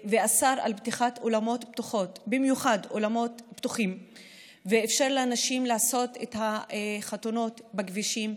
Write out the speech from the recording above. ואסר פתיחת אולמות פתוחים ואפשר לאנשים לעשות את החתונות בכבישים,